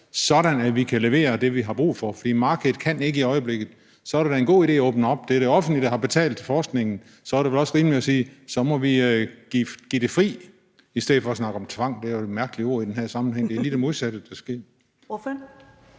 sådan at vi kan levere det, som vi har haft brug for. For markedet kan det ikke i øjeblikket, og så er det da en god idé at åbne op. Det er jo det offentlige, der har betalt forskningen, og så er det vel også rimeligt at sige, at vi så må give det fri, i stedet for at snakke om tvang. Det er et mærkeligt ord i den her sammenhæng. Det er lige det modsatte, der skal